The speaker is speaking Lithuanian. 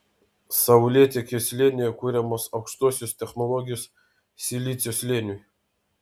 saulėtekio slėnyje kuriamos aukštosios technologijos silicio slėniui